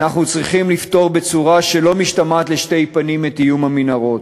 אנחנו צריכים לפתור בצורה שאינה משתמעת לשתי פנים את איום המנהרות.